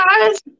guys